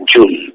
June